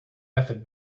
method